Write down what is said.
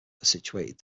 situated